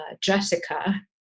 Jessica